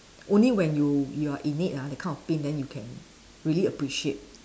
only when you you are in it ah the kind of pain then you can really appreciate